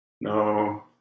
no